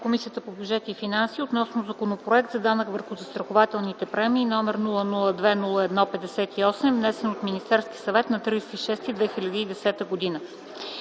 Комисията по бюджет и финанси относно Законопроект за данък върху застрахователните премии, № 002-01-58, внесен от Министерския съвет на 30 юни